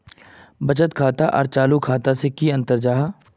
बचत खाता आर चालू खाता से की अंतर जाहा?